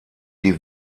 die